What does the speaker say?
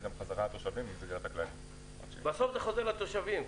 בחזרה לתושבים --- בסוף זה חוזר לתושבים.